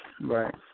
Right